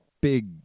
big